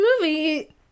movie